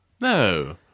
No